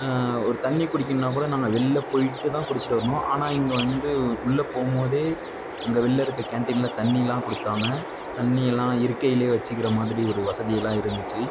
ஒரு தண்ணி குடிக்கணும்னால் கூட நாங்கலள் வெளியில் போய்விட்டு தான் குடிச்சுட்டு வரணும் ஆனால் இங்கே வந்து உள்ளே போகுமோதே இங்கே வெளியில் இருக்க கேன்டீனில் தண்ணியெலாம் கொடுத்தாங்க தண்ணியெல்லாம் இருக்கையிலே வைச்சுக்கிற மாதிரி ஒரு வசதியெல்லாம் இருந்துச்சு